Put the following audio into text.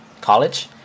college